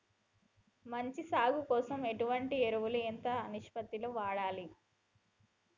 మంచి సాగు కోసం ఎటువంటి ఎరువులు ఎంత నిష్పత్తి లో వాడాలి?